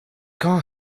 car